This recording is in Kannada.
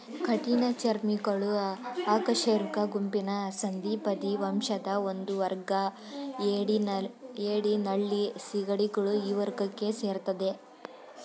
ಕಠಿಣಚರ್ಮಿಗಳು ಅಕಶೇರುಕ ಗುಂಪಿನ ಸಂಧಿಪದಿ ವಂಶದ ಒಂದುವರ್ಗ ಏಡಿ ನಳ್ಳಿ ಸೀಗಡಿಗಳು ಈ ವರ್ಗಕ್ಕೆ ಸೇರ್ತದೆ